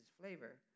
flavor